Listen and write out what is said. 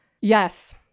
Yes